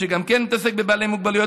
שגם כן מתעסק בבעלי מוגבלויות,